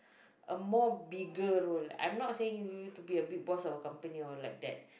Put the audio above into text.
a more bigger role I'm not saying you to be a big boss of company or like that